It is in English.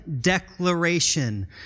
declaration